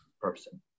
person